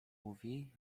mówi